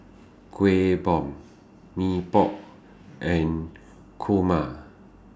Kueh Bom Mee Pok and Kurma